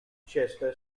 chester